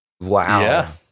wow